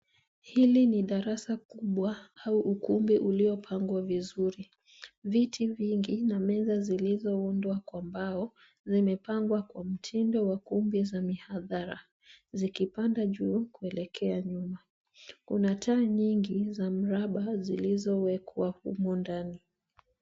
Hili ni darasa kubwa au ukumbi uliopangwa vizuri. Viti vingi na meza zilizoundwa kwa mbao zimepangwa kwa mtindo wa kumbi za mihadhara zikipanda juu kuelekea nyuma. Kuna taa nyingi za mraba zilizowekwa humo ndani.